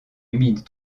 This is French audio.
humides